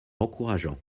encourageant